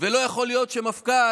ולא יכול להיות שמפכ"ל